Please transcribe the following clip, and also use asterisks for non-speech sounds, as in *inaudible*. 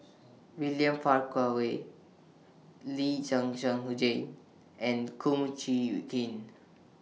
William Farquhar Lee Zhen Zhen Jane and Kum Chee *unintelligible* Kin